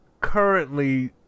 currently